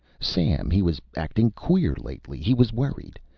sam, he was acting queer lately. he was worried.